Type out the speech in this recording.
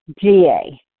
GA